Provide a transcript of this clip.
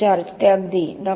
George ते अगदी डॉ